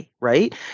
right